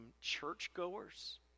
churchgoers